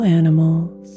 animals